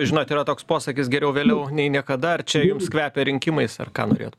žinot yra toks posakis geriau vėliau nei niekada ar čia jums kvepia rinkimais ar ką norėjot